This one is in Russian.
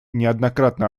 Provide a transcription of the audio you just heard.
неоднократно